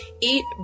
eat